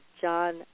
John